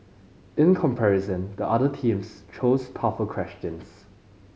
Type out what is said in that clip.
in comparison the other teams chose tougher questions